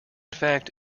fact